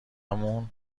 مون